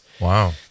Wow